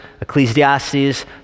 Ecclesiastes